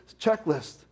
checklist